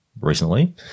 recently